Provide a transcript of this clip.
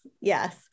Yes